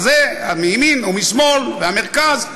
מימין ומשמאל והמרכז,